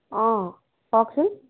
অঁ কওঁকচোন